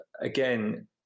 again